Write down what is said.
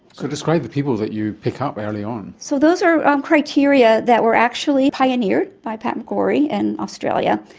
so describe the people that you pick up early on. so those are um criteria that were actually pioneered by pat mcgorry in australia,